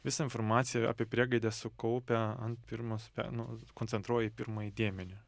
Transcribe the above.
visą informaciją apie priegaidę sukaupę ant pirmos nu koncentruoja į pirmąjį dėmenį